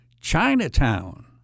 Chinatown